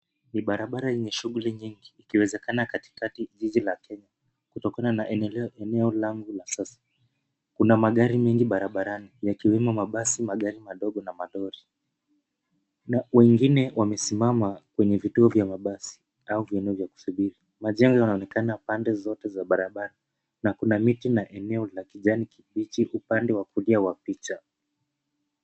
Ni barabara yenye shughuli nyingi ikiwezekama katikati jiji la Kenya. Kutokana na eneo langu la sasa, kuna magari mengi barabarani yakiwemo mabasi, magari mdogo na malori na wengine wamesimama kwenye vituo vya mabasi au vieneo vya kusubiri. Majengo yanaonekana pande zote za barabara na kuna miti na eneo la kijani kibichi upande wa kulia wa picha.